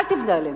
אל תבנה עליהם.